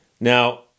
Now